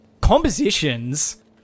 Compositions